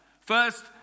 first